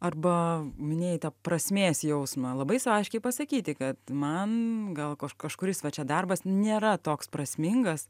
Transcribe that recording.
arba minėjai tą prasmės jausmą labai aiškiai pasakyti kad man gal kaž kažkuris va čia darbas nėra toks prasmingas